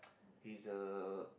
he's a